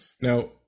Now